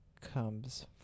comes